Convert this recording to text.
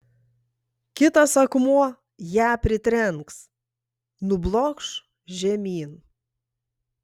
kitas akmuo ją pritrenks nublokš žemyn